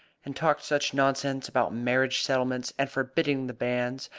and talked such nonsense about marriage settlements, and forbidding the banns,